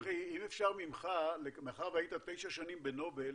צחי, מאחר שהיית תשע שנים בנובל,